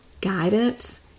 guidance